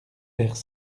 vers